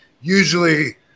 usually